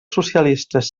socialistes